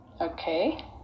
okay